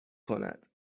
کند